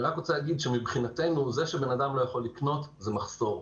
אני רק רוצה להגיד שמבחינתנו זה שבן-אדם לא יכול לקנות זה מחסור,